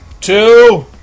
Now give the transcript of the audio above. two